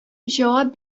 җавап